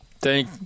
Thank